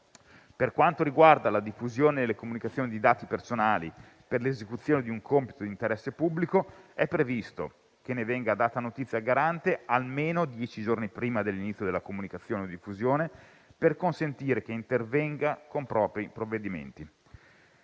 Per quanto riguarda la diffusione delle comunicazioni di dati personali per l'esecuzione di un compito di interesse pubblico, è previsto che ne venga data notizia al Garante almeno dieci giorni prima dell'inizio della comunicazione o diffusione, per consentire che intervenga con propri provvedimenti.